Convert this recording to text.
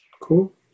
Cool